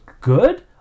good